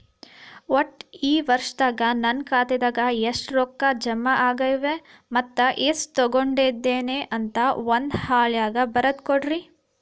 ಒಟ್ಟ ಈ ವರ್ಷದಾಗ ನನ್ನ ಖಾತೆದಾಗ ಎಷ್ಟ ರೊಕ್ಕ ಜಮಾ ಆಗ್ಯಾವ ಮತ್ತ ಎಷ್ಟ ತಗಸ್ಕೊಂಡೇನಿ ಅಂತ ಒಂದ್ ಹಾಳ್ಯಾಗ ಬರದ ಕೊಡ್ರಿ